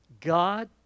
God